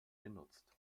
genutzt